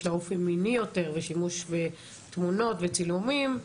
לה אופי מיני יותר ושימוש בתמונות וצילומים,